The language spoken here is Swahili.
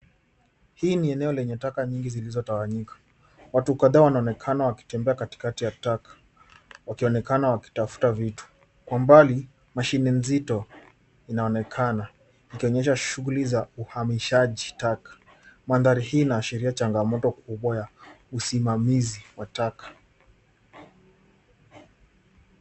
Hii ni eneo lenye taka nyingi zilizotawanyika. Watu kadhaa wanaonekana wakitembea katikati ya taka wakionekana wakitafuta vitu. Kwa mbali mashine nzito inaonekana ikionyesha shughuli za uhamishaji taka. Mandhari hii inaashiria changamoto kubwa ya usimamizi wa taka.